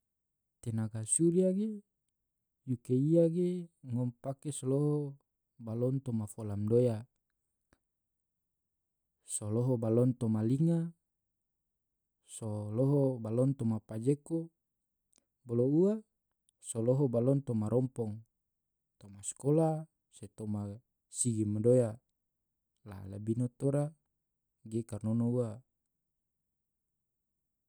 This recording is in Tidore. tenaga surya ge yuke iya ge ngom pake so loho balon toma fola madoya, so loho balon toma linga, so loho balon toma pajeko, bolo ua so loho balon toma rompong, toma sakolah, se toma sigi madoya. La labino tora ge kornono ua.